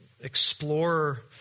explore